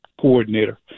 coordinator